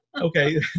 Okay